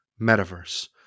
metaverse